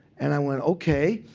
and i went, ok.